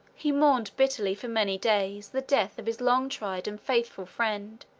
he mourned bitterly, for many days, the death of his long-tried and faithful friend,